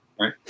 right